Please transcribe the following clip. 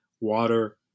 water